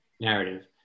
narrative